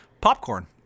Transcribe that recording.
Popcorn